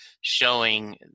showing